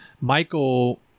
michael